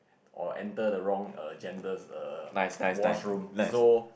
or enter the wrong err gender's err washroom so